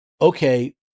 okay